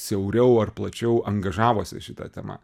siauriau ar plačiau angažavosi šita tema